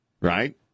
Right